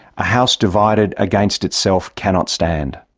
a house divided against itself cannot stand.